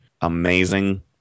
amazing